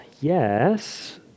yes